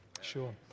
Sure